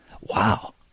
Wow